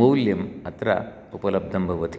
मौल्यम् अत्र उपलब्धं भवति